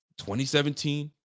2017